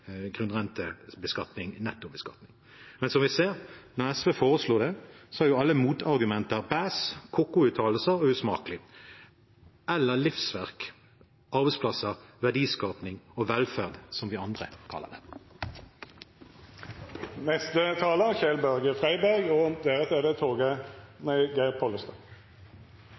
grunnrentebeskatning, nettobeskatning. Men som vi ser, når SV foreslår det, er alle motargumenter «bæs», «koko-uttalelser» og «usmakelig» – eller livsverk, arbeidsplasser, verdiskaping og velferd, som vi andre kaller det. La meg aller først få rette en takk til Arbeiderpartiet, Kristelig Folkeparti, Venstre og